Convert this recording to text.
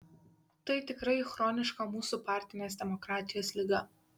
tai tikrai chroniška mūsų partinės demokratijos liga